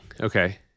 Okay